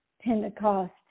Pentecost